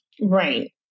Right